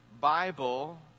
Bible